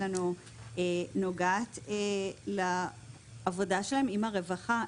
שנוגעת לעבודה שלהם עם הרווחה,